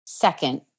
second